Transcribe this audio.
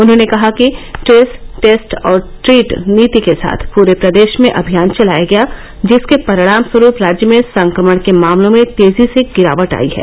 उन्होंने कहा कि ट्रेस टेस्ट और ट्रीट नीति के साथ पूरे प्रदेश में अभियान चलाया गया जिसके परिणामस्वरूप राज्य में संक्रमण के मामलों में तेजी से गिरावट आयी है